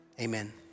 amen